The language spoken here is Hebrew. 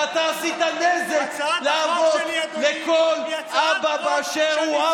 ואתה עשית נזק לאבות, לכל אבא באשר הוא.